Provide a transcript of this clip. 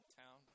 town